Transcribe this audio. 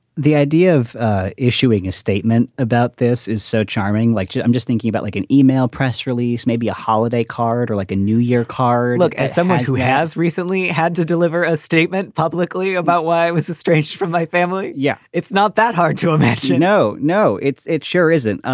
the idea of issuing a statement about this is so charming like you, i'm just thinking about like an email press release, maybe a holiday card or like a new year car look at somebody who has recently had to deliver a statement publicly about why it was estranged from my family. yeah, it's not that hard to imagine. no, no, it sure isn't.